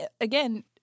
again